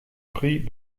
prix